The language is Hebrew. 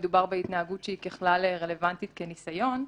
מדובר בהתנהגות שהיא ככלל רלוונטית כניסיון,